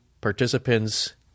participants